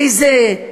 איזה,